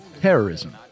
terrorism